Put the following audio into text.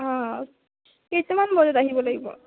অঁ কেইটামান বজাত আহিব লাগিব